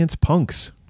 Punks